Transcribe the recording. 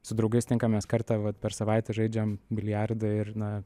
su draugais tinkamės kartą vat per savaitę žaidžiam biliardą ir na